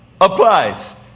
applies